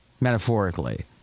metaphorically